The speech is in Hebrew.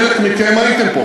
חלק מכם היה פה,